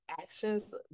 actions